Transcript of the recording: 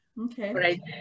Okay